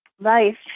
life